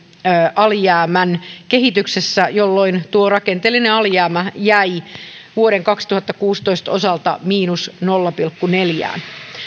alijäämän kehityksessä jolloin tuo rakenteellinen alijäämä jäi vuoden kaksituhattakuusitoista osalta nolla pilkku neljään